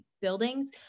buildings